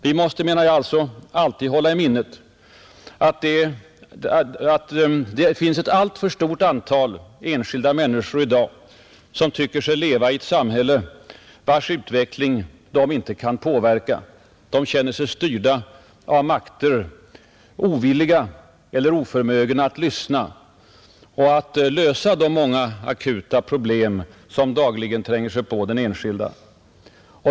Vi måste alltid hålla i minnet att det i dag finns ett alltför stort antal enskilda människor, som tycker sig leva i ett samhälle vars utveckling de inte kan påverka. De känner sig styrda av makter ovilliga eller oförmögna att lyssna och att lösa de akuta problem som dagligen tränger sig på den enskilde.